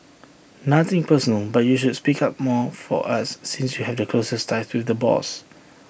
nothing personal but you should speak up more for us since you have the closest ties though the boss